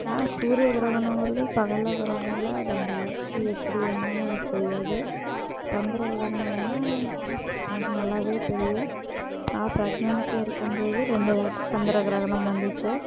ஆனால் சூரியகிரகணோங்கிறது பகலில் வரனால அது அந்தளவுக்கு எப்படி என்னனு எனக்கு தெரியாது சந்திரகிரகணம் வேணுணா எனக்கு நல்லாவே தெரியும் நான் பிரெக்னன்ஸியாக இருக்கும் போது ரெண்டுவாட்டி சந்திர கிரகணம் வந்துச்சி